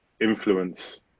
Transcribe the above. influence